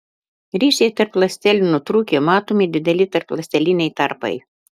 ryšiai tarp ląstelių nutrūkę matomi dideli tarpląsteliniai tarpai